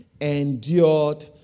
endured